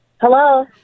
Hello